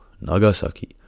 Nagasaki